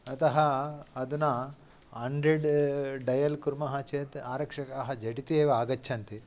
अतः अधुना hundred dial कुर्मः चेत् आरक्षकाः झटिति एव आगच्छन्ति